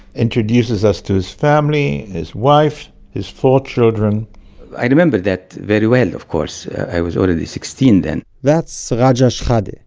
introduces us to his family, his wife, his four children i remember that very well, of course. i was already sixteen then that's raja shehadeh,